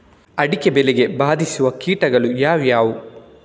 ಅಡಿಕೆ ಬೆಳೆಗೆ ಬಾಧಿಸುವ ಕೀಟಗಳು ಯಾವುವು?